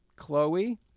Chloe